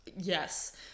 Yes